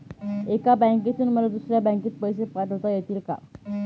एका बँकेतून मला दुसऱ्या बँकेत पैसे पाठवता येतील का?